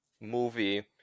movie